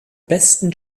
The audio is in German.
besten